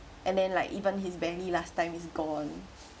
and then like even his belly last time is gone